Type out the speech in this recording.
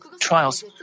trials